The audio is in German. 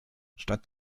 statt